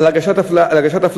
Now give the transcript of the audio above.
על הרגשת אפליה.